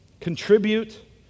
contribute